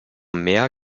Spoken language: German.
mehr